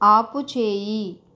ఆపుచేయి